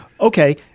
Okay